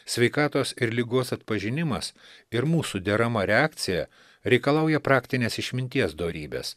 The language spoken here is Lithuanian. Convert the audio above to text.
sveikatos ir ligos atpažinimas ir mūsų derama reakcija reikalauja praktinės išminties dorybės